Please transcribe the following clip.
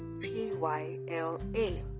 T-Y-L-A